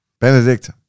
Benedict